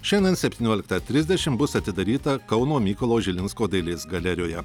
šiandien septynioliktą trisdešimt bus atidaryta kauno mykolo žilinsko dailės galerijoje